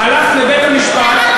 הלכת לבית-המשפט,